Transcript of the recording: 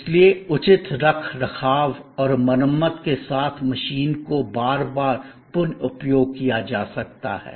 इसलिए उचित रखरखाव और मरम्मत के साथ मशीन को बार बार पुन उपयोग किया जा सकता है